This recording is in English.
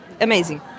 amazing